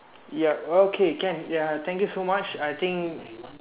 yup okay can ya thank you so much I think